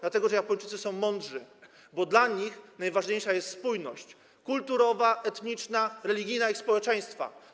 Dlatego że Japończycy są mądrzy, bo dla nich najważniejsza jest spójność kulturowa, etniczna, religijna ich społeczeństwa.